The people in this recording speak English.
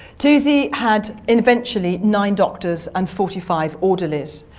toosey had eventually nine doctors and forty five orderlies.